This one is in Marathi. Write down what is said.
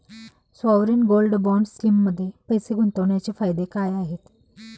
सॉवरेन गोल्ड बॉण्ड स्कीममध्ये पैसे गुंतवण्याचे फायदे काय आहेत?